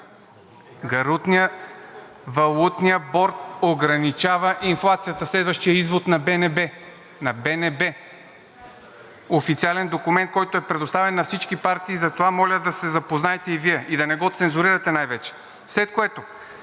Валутният борд ограничава инфлацията – е следващият извод на БНБ. На БНБ – официален документ, който е предоставен на всички партии, затова моля да се запознаете и Вие и да не го цензурирате най-вече, след което